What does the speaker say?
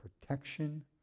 protection